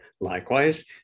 Likewise